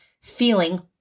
Feeling